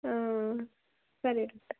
ಹಾಂ ಸರಿ ಡಾಕ್ಟರ್